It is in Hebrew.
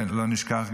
לא נשכח,